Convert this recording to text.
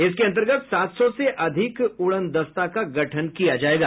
इसके अन्तर्गत सात सौ से अधिक उड़न दस्ता का गठन किया जायेगा